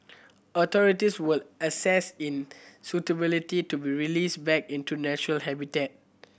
authorities will assess in suitability to be released back into natural habitat